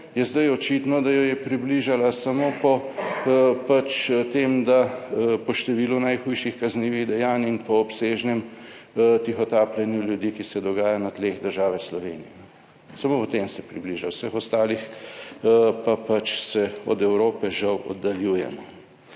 je zdaj očitno, da jo je približala samo po pač tem, da, po številu najhujših kaznivih dejanj in po obsežnem tihotapljenju ljudi, ki se dogaja na tleh države Slovenije, samo po tem se približa, v vseh ostalih pa pač se od Evrope žal oddaljujemo.